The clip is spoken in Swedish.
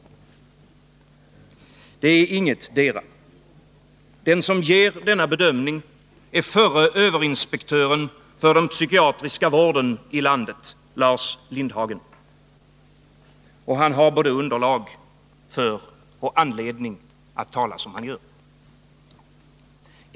Den som ger denna bedömning är förre överinspektören för den psykiatriska vården i landet, Lars Lindhagen. Och han har både underlag för och anledning att tala som han gör.